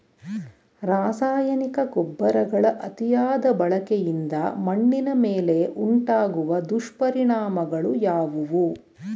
ರಾಸಾಯನಿಕ ಗೊಬ್ಬರಗಳ ಅತಿಯಾದ ಬಳಕೆಯಿಂದ ಮಣ್ಣಿನ ಮೇಲೆ ಉಂಟಾಗುವ ದುಷ್ಪರಿಣಾಮಗಳು ಯಾವುವು?